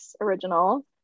original